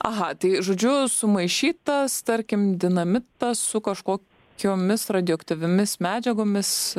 aha tai žodžiu sumaišytas tarkim dinamitas su kažkokiomis radioaktyviomis medžiagomis